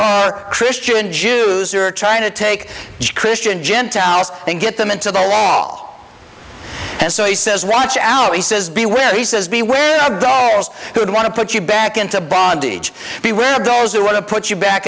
are christian jews are trying to take christian gentiles and get them into the law and so he says watch out he says beware he says beware of doors who would want to put you back into bondage those who want to put you back